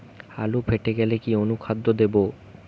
আলু ফেটে গেলে কি অনুখাদ্য দেবো?